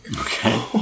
Okay